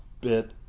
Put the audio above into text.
bit